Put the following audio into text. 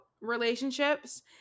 relationships